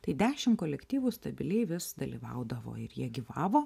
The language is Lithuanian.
tai dešimt kolektyvų stabiliai vis dalyvaudavo ir jie gyvavo